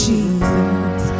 Jesus